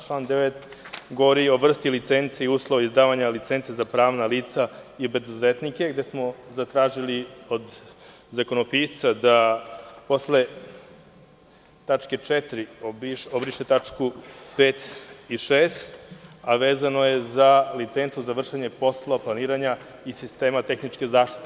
Član 9. govori o vrsti licinci i uslovima izdavanja licenci za pravna lica i preduzetnike, gde smo zatražili od zakonopisca da posle tačke 4. obriše tačke 5. i 6, a vezano je za licencu za vršenje poslova planiranja i sistema tehničke zaštite.